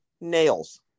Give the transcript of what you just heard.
Nails